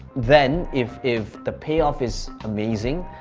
then if if the payoff is amazing,